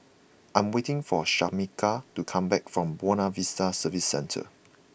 I am waiting for Shamika to come back from Buona Vista Service Centre